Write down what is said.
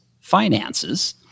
finances